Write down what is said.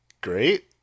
great